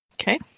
Okay